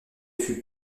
fut